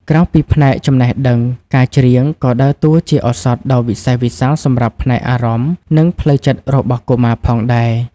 ក្រៅពីផ្នែកចំណេះដឹង ការច្រៀងក៏ដើរតួជាឱសថដ៏វិសេសវិសាលសម្រាប់ផ្នែកអារម្មណ៍ និងផ្លូវចិត្តរបស់កុមារផងដែរ។